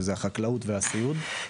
שזה חקלאות וסיעוד.